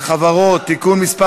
החברות (תיקון מס'